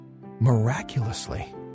miraculously